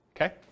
okay